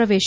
ಪ್ರವೇಶ